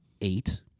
eight